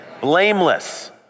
Blameless